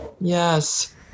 Yes